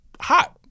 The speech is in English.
hot